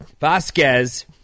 Vasquez